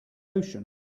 ocean